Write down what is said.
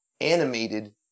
animated